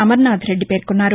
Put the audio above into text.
అమర్నాథ్ రెడ్డి పేర్కొన్నారు